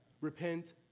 Repent